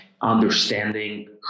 understanding